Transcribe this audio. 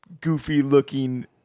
goofy-looking